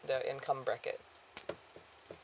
the income bracket